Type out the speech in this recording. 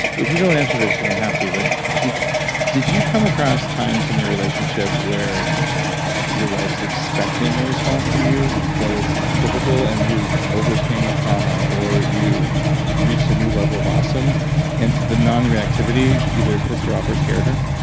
if you don't answer this, you don't have to, but yeah did you come across times in your relationship where your wife is expecting a response from you that was typical and you overcame a trauma or you reached a new level of awesome and the non-reactivity either pissed her off or scared her?